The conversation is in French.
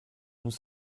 nous